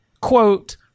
quote